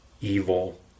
evil